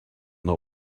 know